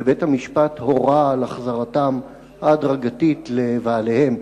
ובית-המשפט הורה על החזרתם ההדרגתית לבעליהם,